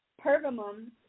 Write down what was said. Pergamum